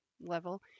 level